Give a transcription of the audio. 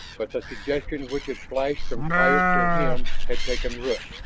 but the suggestion which had flashed from coyote to him had taken root.